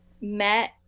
met